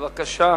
בבקשה.